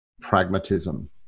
pragmatism